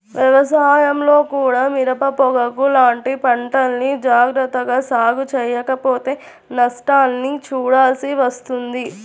వ్యవసాయంలో కూడా మిరప, పొగాకు లాంటి పంటల్ని జాగర్తగా సాగు చెయ్యకపోతే నష్టాల్ని చూడాల్సి వస్తుంది